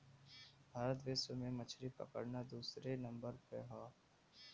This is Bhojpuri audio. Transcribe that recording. भारत विश्व में मछरी पकड़ना दूसरे नंबर पे हौ